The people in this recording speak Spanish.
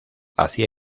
hacía